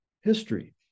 history